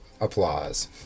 applause